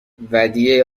ودیعه